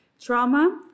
trauma